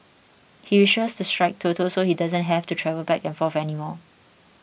he wishes to strike Toto so he doesn't have to travel back and forth anymore